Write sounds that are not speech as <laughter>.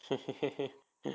<laughs>